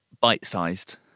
bite-sized